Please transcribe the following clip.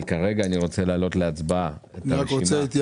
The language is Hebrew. אבל כרגע אני רוצה להעלות להצבעה את הרשימה